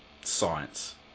science